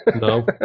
No